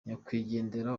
nyakwigendera